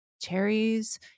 cherries